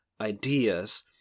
ideas